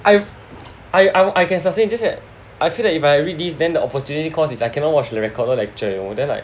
I I I I can sustain just that I feel like if I read this then the opportunity cost is I cannot watch the recorded lecture you know then like